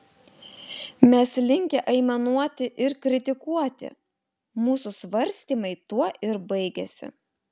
mes linkę aimanuoti ir kritikuoti mūsų svarstymai tuo ir baigiasi